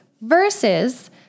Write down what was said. versus